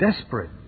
desperate